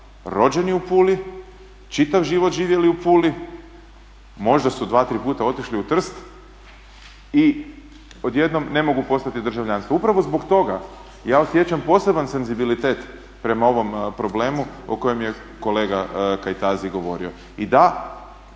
Rođeni u Puli, čita život živjeli u Puli, možda su dva, tri puta otišli u Trst i odjednom ne mogu postići državljanstvo. Upravo zbog toga ja osjećam poseban senzibilitet prema ovom problemu o kojem je kolega Kajtazi govori. I da,